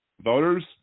voters